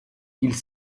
ils